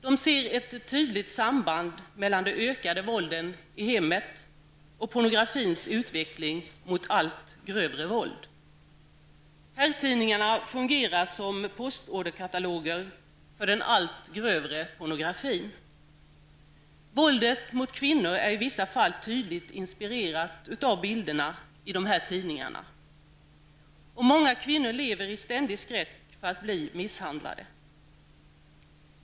De ser ett tydligt samband mellan det ökade våldet i hemmen och pornografins utveckling mot allt grövre våld. Herrtidningarna fungerar som postorderkataloger för den allt grövre pornografin. Våldet mot kvinnor är i vissa fall tydligt inspirerat av bilder i de här tidningarna. Många kvinnor lever i ständig skräck för att bli misshandlade.